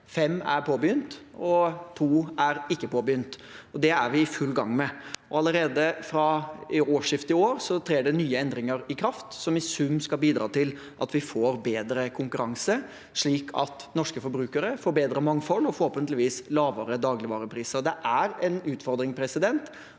fem er påbegynt, og to er ikke påbegynt. Det er vi i full gang med. Allerede fra årsskiftet i år trer nye endringer i kraft, som i sum skal bidra til at vi får bedre konkurranse, slik at norske forbrukere får et bedre mangfold og forhåpentligvis lavere dagligvarepriser. Det er en utfordring at det